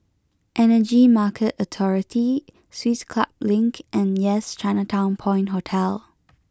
Energy Market Authority Swiss Club Link and Yes Chinatown Point Hotel